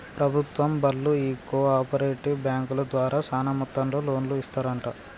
ప్రభుత్వం బళ్ళు ఈ కో ఆపరేటివ్ బాంకుల ద్వారా సాన మొత్తంలో లోన్లు ఇస్తరంట